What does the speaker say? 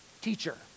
teacher